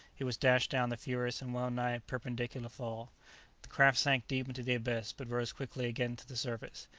he was dashed down the furious and well-nigh perpendicular fall. the craft sank deep into the abyss, but rose quickly again to the surface.